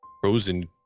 frozen